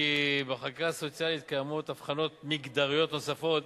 כי בחקיקה הסוציאלית קיימות הבחנות מגדריות נוספות